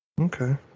Okay